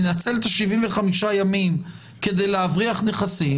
מנצל את 75 הימים כדי להבריח נכסים,